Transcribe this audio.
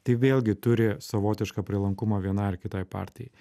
tai vėlgi turi savotišką prielankumą vienai ar kitai partijai